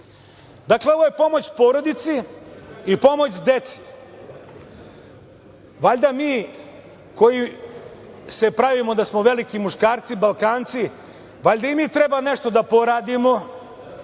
ovo je pomoć porodici i pomoć deci valjda mi koji se pravimo da smo veliki muškarci, Balkanci valjda i mi treba nešto da poradimo